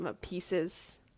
pieces